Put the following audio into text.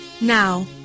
Now